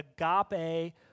agape